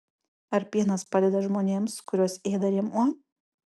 ar pienas padeda žmonėms kuriuos ėda rėmuo